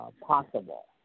possible